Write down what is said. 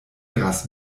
gras